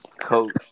coach